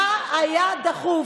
מה היה דחוף,